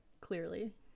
clearly